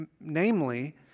namely